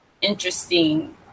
interesting